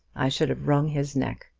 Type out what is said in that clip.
i should have wrung his neck.